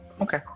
Okay